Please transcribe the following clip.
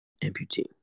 amputee